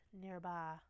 nearby